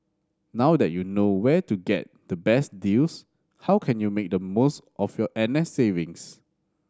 now that you know where to get the best deals how can you make the most of your N S savings